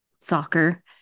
soccer